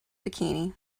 bikini